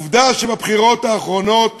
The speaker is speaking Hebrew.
עובדה שבבחירות האחרונות